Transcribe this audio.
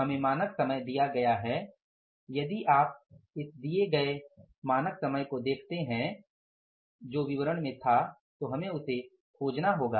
हमें मानक समय दिया गया है यदि आप इस दिए गए मानक समय को देखते हैं जो विवरण में था तो हमें उसे खोजना होगा